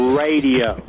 radio